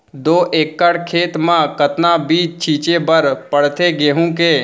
दो एकड़ खेत म कतना बीज छिंचे बर पड़थे गेहूँ के?